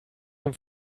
dem